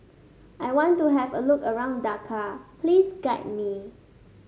I want to have a look around Dakar please guide me